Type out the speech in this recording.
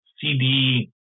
CD